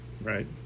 right